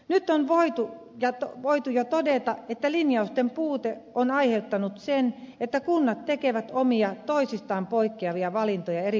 nyt on voitu jo todeta että linjausten puute on aiheuttanut sen että kunnat tekevät omia toisistaan poikkeavia valintoja eri puolilla maata